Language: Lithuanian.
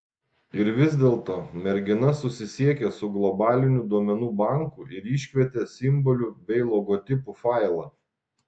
ir vis dėlto mergina susisiekė su globaliniu duomenų banku ir iškvietė simbolių bei logotipų failą